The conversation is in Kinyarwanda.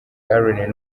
allen